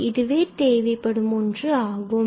பின்பு இதுவே தேவைப்படும் ஒன்று ஆகும்